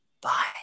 bye